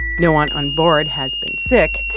no one on board has been sick.